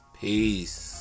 Peace